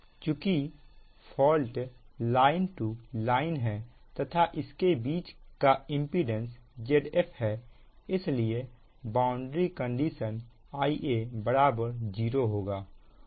चुकी fault line to line है तथा इसके बीच का इंपीडेंस Zf है इसलिए बाउंड्री कंडीशन Ia बराबर जीरो होगा